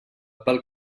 pel